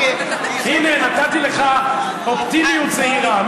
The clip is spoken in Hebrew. להשתקם, הינה, נתתי לך אופטימיות זהירה.